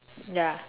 ya